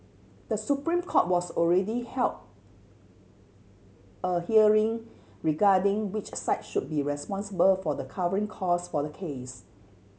The Supreme Court was already held a hearing regarding which side should be responsible for the covering costs for the case